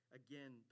again